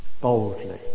Boldly